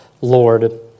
Lord